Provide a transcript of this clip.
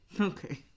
okay